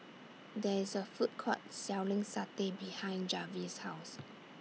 There IS A Food Court Selling Satay behind Jarvis' House